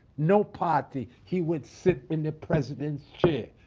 no party, he would sit in the president's chair.